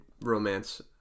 romance